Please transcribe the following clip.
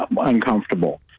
uncomfortable